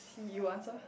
see you answer